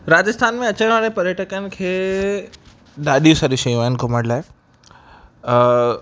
राजस्थान में अचण वारे पर्यटकनि खे ॾाढी सारी शयूं आहिनि घुमण लाइ